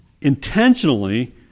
intentionally